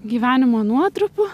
gyvenimo nuotrupų